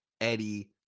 Eddie